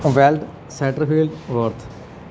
weld setter fail worth